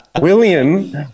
William